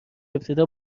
ابتدا